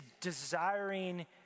desiring